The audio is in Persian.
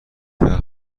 وقت